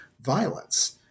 violence